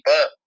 up